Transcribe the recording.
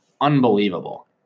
unbelievable